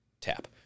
tap